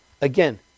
Again